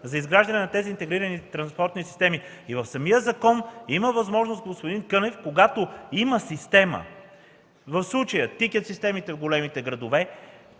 за изграждане на тези интегрирани транспортни системи. В самия закон има възможност, господин Кънев, когато има система, в случая тикет системите в големите градове,